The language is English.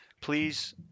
please